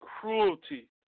cruelty